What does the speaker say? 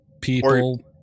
people